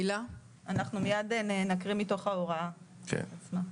אנחנו מיד נקרא מתוך ההוראה עצמה.